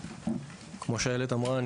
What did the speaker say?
כמו שאיילת אמרה,